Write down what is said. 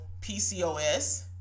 PCOS